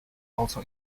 also